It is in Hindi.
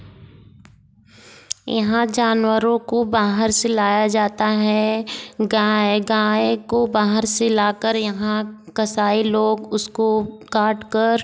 यहाँ जानवरों को बाहर से लाया जाता है गाय गाय को बाहर से लाकर यहाँ कसाई लोग उसको काट कर